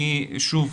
שוב,